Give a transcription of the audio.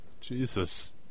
jesus